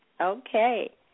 Okay